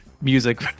music